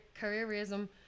careerism